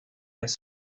hacer